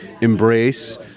embrace